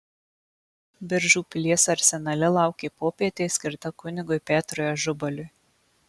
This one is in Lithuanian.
biržų pilies arsenale laukė popietė skirta kunigui petrui ažubaliui